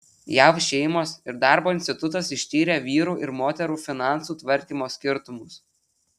jav šeimos ir darbo institutas ištyrė vyrų ir moterų finansų tvarkymo skirtumus